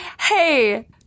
Hey